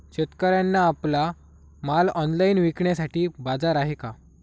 शेतकऱ्यांना आपला माल ऑनलाइन विकण्यासाठी बाजार आहे का?